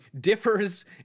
differs